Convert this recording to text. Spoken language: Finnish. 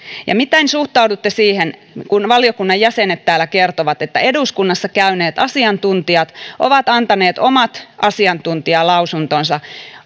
miten suhtaudutte siihen kun valiokunnan jäsenet täällä kertovat että eduskunnassa käyneet asiantuntijat ovat antaneet omat asiantuntijalausuntonsa